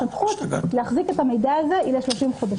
הסמכות להחזיק את המידע הזה היא ל-30 חודשים.